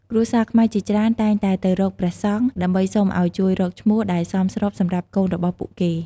គ្រួសារខ្មែរជាច្រើនតែងតែទៅរកព្រះសង្ឃ ដើម្បីសុំឲ្យជួយរកឈ្មោះដែលសមស្របសម្រាប់កូនរបស់ពួកគេ។